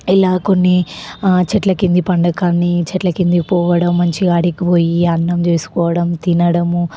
ఇలా కొన్ని చెట్ల కింద పండుగ కాని చెట్ల కిందకి పోవడం మంచిగా ఆడికి పోయి అన్నం చేసుకోవడం తినడము